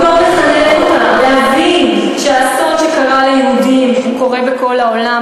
במקום לחנך אותם להבין שהאסון שקרה ליהודים קורה בכל העולם,